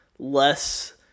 less